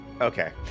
Okay